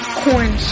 corn